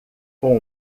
com